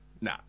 no